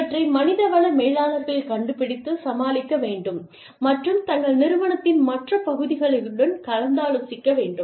இவற்றை மனித வள மேலாளர்கள் கண்டுபிடித்து சமாளிக்க வேண்டும் மற்றும் தங்கள் நிறுவனத்தின் மற்ற பகுதிகளுடன் கலந்தாலோசிக்க வேண்டும்